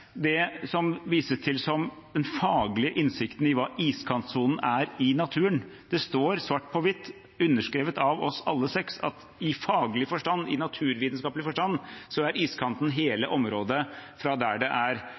det som vises til som den faglige innsikten i hva iskantsonen er i naturen. Det står svart på hvitt – underskrevet av alle seks partiene – at i faglig naturvitenskapelig forstand er iskanten hele området fra der det ikke er